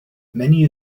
many